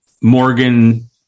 Morgan